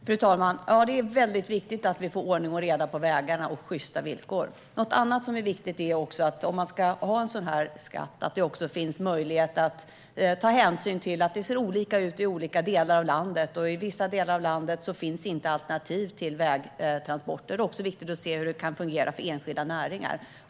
Fru talman! Det är väldigt viktigt att vi får ordning och reda på vägarna och sjysta villkor. Något annat som är viktigt är att det, om man ska ha en sådan här skatt, finns möjlighet att ta hänsyn till att det ser olika ut i olika delar av landet. I vissa delar av landet finns inga alternativ till vägtransport. Det är också viktigt att se hur det kan fungera för enskilda näringar.